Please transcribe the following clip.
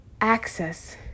access